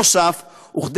נוסף על כך,